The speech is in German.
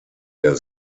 der